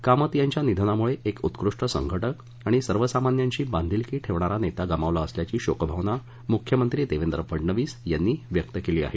कामत यांच्या निधनामुळे एक उत्कृष्ट संघटक आणि सर्वसामान्यांशी बांधिलकी ठेवणारा नेता गमावला असल्याची शोकभावना मुख्यमंत्री देवेंद्र फडणवीस यांनी व्यक्त केली आहे